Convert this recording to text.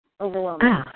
overwhelming